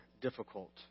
difficult